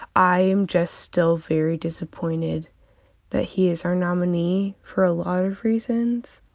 i am just still very disappointed that he is our nominee, for a lot of reasons.